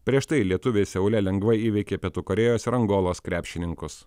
prieš tai lietuviai seule lengvai įveikė pietų korėjos ir angolos krepšininkus